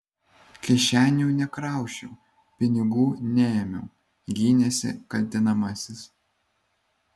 kišenių nekrausčiau pinigų neėmiau gynėsi kaltinamasis